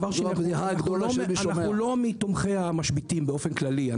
אנחנו לא מתומכי המשביתים, באופן כללי.